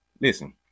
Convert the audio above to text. Listen